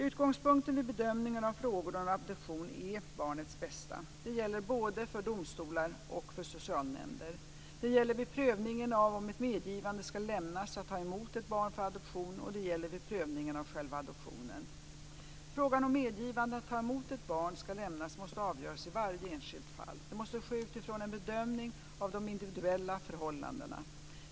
Utgångspunkten vid bedömningen av frågor om adoption är barnets bästa. Det gäller både för domstolar och för socialnämnder. Det gäller vid prövningen av om ett medgivande ska lämnas att ta emot ett barn för adoption, och det gäller vid prövningen av själva adoptionen. Frågan om ifall medgivande att ta emot ett barn ska lämnas måste avgöras i varje enskilt fall. Det måste ske utifrån en bedömning av de individuella förhållandena.